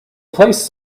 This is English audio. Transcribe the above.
placed